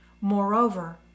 Moreover